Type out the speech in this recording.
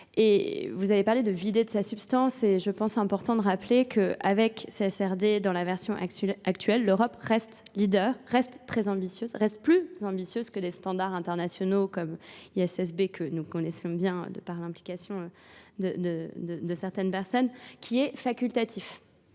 vous avez parlé de vider de sa substance et je pense important de rappeler que avec CSRD dans la version actuelle, l'Europe reste leader, reste très ambitieuse, reste plus ambitieuse que des standards internationaux comme l'ISSB que nous connaissons bien par l'implication de certaines personnes qui est facultatif.